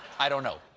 i don't know.